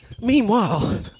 meanwhile